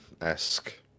esque